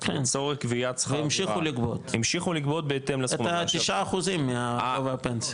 לצורך קביעת שכר והמשיכו לגבות את השישה אחוזים מגובה הפנסיה.